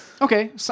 Okay